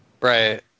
Right